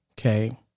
Okay